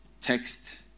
text